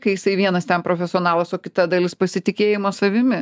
kai jisai vienas ten profesionalas o kita dalis pasitikėjimo savimi